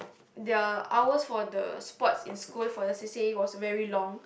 their ours for the sport in school for the c_c_a was very long